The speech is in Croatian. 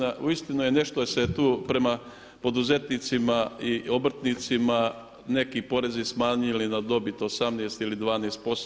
Uistinu nešto se je tu prema poduzetnicima i obrtnicima neki porezi smanjili na dobit 18 ili 12%